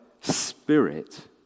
Spirit